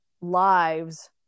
lives